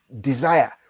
desire